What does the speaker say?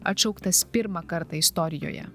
atšauktas pirmą kartą istorijoje